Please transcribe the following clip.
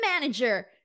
manager